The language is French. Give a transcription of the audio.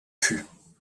fûts